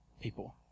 people